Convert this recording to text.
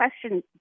question